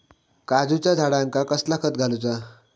काजूच्या झाडांका कसला खत घालूचा?